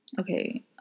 Okay